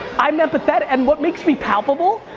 i'm empathetic, and what makes me palpable,